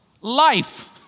Life